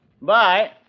Bye